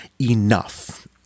enough